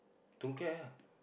don't care lah